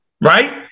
Right